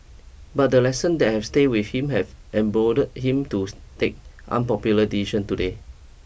but the lessons that have stayed with him have emboldened him to stake unpopular decisions today